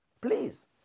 Please